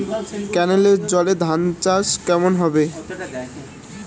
কেনেলের জলে ধানচাষ কেমন হবে?